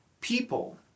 people